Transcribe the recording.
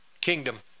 kingdom